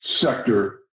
sector